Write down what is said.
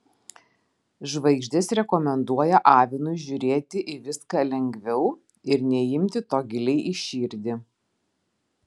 žvaigždės rekomenduoja avinui žiūrėti į viską lengviau ir neimti to giliai į širdį